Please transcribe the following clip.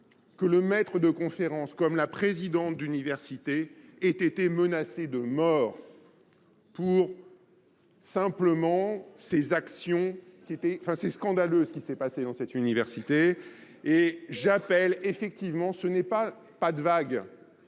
que le maître de conférence, comme la présidente d'université, ait été menacé de mort pour simplement ces actions, enfin c'est scandaleux ce qui s'est passé dans cette université, et j'appelle effectivement, ce n'est pas pas de vague,